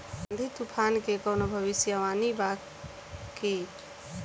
आँधी तूफान के कवनों भविष्य वानी बा की?